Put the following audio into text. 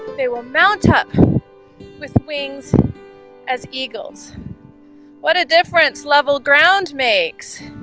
they will mount up with wings as eagles what a difference levle ground makes